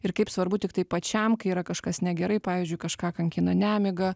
ir kaip svarbu tiktai pačiam kai yra kažkas negerai pavyzdžiui kažką kankina nemiga